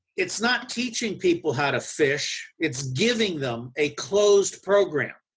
it's not teaching people how to fish. it's giving them a closed program.